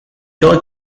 toll